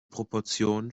proportionen